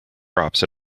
crops